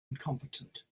incompetent